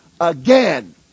again